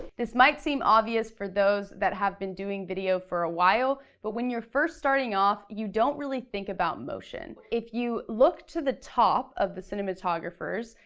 this might seem obvious for those that have been doing video for a while, but when you're first starting off, you don't really think about motion. if you look to the top of the cinematographers,